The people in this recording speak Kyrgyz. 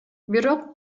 бирок